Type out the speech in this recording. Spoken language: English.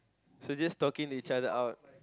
so just talking to each other out